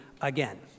again